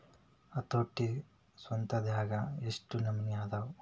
ಹತೋಟಿ ಸ್ವತ್ನ್ಯಾಗ ಯೆಷ್ಟ್ ನಮನಿ ಅದಾವು?